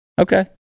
Okay